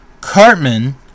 Cartman